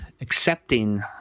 accepting